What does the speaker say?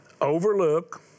overlook